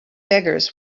beggars